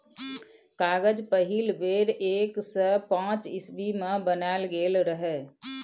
कागज पहिल बेर एक सय पांच इस्बी मे बनाएल गेल रहय